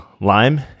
lime